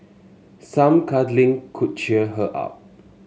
some cuddling could cheer her up